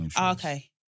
okay